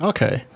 Okay